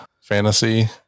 fantasy